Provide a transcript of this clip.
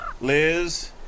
Liz